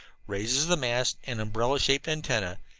raises the mast and umbrella-shaped antenna,